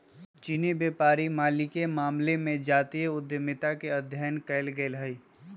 चीनी व्यापारी मालिके मामले में जातीय उद्यमिता के अध्ययन कएल गेल हइ